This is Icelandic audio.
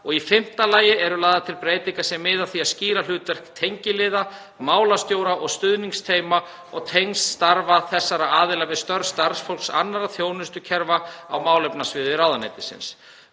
og í fimmta lagi eru lagðar til breytingar sem miða að því að skýra hlutverk tengiliða, málstjóra og stuðningsteyma og tengsl starfa þessara aðila við störf starfsfólks annarra þjónustukerfa á málefnasviði ráðuneytisins.